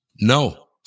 no